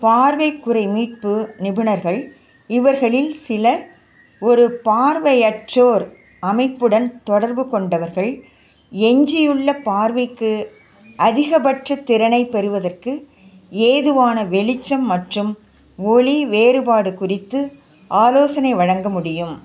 பார்வைக்குறை மீட்பு நிபுணர்கள் இவர்களில் சிலர் ஒரு பார்வையற்றோர் அமைப்புடன் தொடர்பு கொண்டவர்கள் எஞ்சியுள்ள பார்வைக்கு அதிகபட்சத் திறனைப் பெறுவதற்கு ஏதுவான வெளிச்சம் மற்றும் ஒளி வேறுபாடு குறித்து ஆலோசனை வழங்க முடியும்